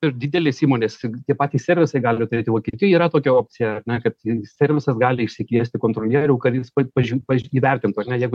ir didelės įmonės tie patys servisai gali turėt vokietijoj yra tokia opcija ar ne kad servisas gali išsikviesti kontrolierių kad jis pa pažiū paž įvertintų ar ne jeigu